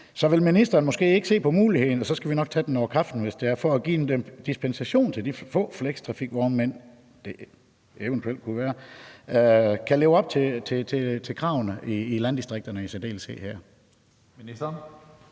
Vil ministeren ikke se på muligheden – så skal vi nok tage den over kaffen, hvis det er – for at give dispensation til de få flextrafikvognmænd, det eventuelt kunne være, så de kan leve op til kravene i landdistrikterne i særdeleshed?